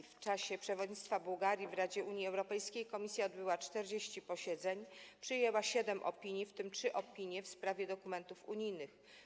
W czasie przewodnictwa Bułgarii w Radzie Unii Europejskiej komisja odbyła 40 posiedzeń oraz przyjęła siedem opinii, w tym trzy opinie w sprawie dokumentów unijnych.